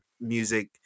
music